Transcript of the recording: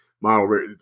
model